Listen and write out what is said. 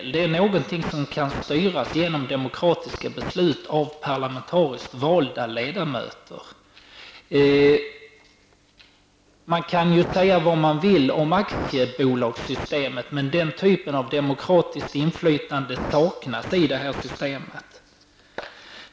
Det är någonting som kan styras genom demokratiska beslut av parlamentariskt valda ledamöter. Man må säga vad man vill om aktiebolagssystemet, men den typen av demokratiskt inflytande saknas i det här systemet.